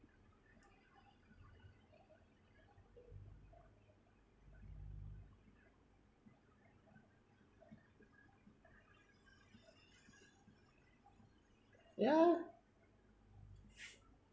yeah